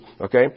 Okay